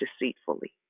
deceitfully